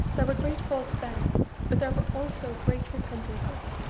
there were great faults then but there were also great repentances.